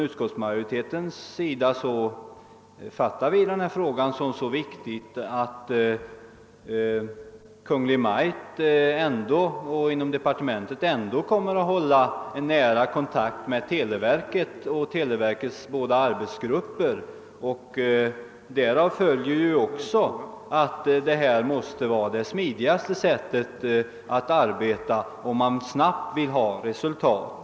Utskottsmajoriteten har ansett denna fråga vara så viktig att både regeringen och departementet bör hålla nära kontakt med televerket och dess bägge arbetsgrupper. Detta måste vara det smidigaste sättet att arbeta, om man vill nå ett snabbt resultat.